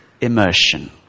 immersion